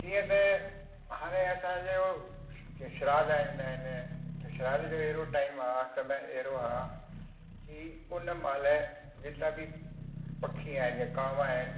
कीअं त हाणे असांजो श्राद ईंदा आहिनि त श्राद जो अहिड़ो टाइम आहे समय अहिड़ो आहे की उन महिल जेतिरा बि पखी आहिनि जीअं कावं आहिनि